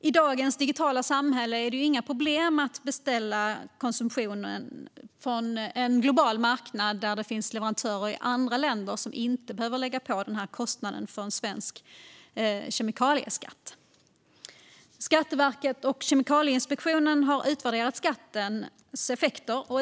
I dagens digitala samhälle är det inga problem att beställa produkten på en global marknad från leverantörer i andra länder där man inte behöver lägga på kostnaden för en svensk kemikalieskatt. Skatteverket och Kemikalieinspektionen har utvärderat skattens effekter.